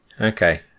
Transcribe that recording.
okay